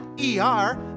E-R